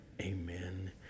Amen